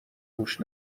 گوش